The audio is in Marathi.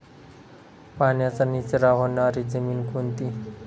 पाण्याचा निचरा होणारी जमीन कोणती?